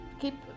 keep